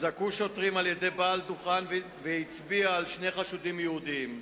הוזעקו שוטרים על-ידי בעל דוכן והוא הצביע על שני חשודים יהודים.